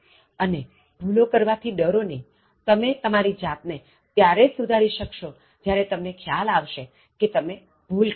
અને ભૂલો કરવાથી ડરો નહીતમે તમારી જાત ને ત્યારે જ સુધારી શક્શો જ્યારે તમને ખ્યાલ આવશે કે તમે ભૂલ કરી છે